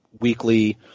weekly